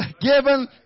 Given